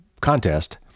contest